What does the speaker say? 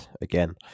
again